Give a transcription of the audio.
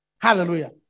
Hallelujah